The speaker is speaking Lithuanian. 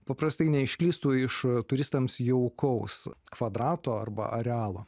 paprastai neišklystų iš turistams jaukaus kvadrato arba arealo